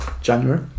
January